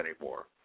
anymore